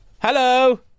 Hello